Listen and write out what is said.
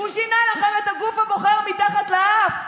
הוא שינה לכם את הגוף הבוחר מתחת לאף.